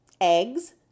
eggs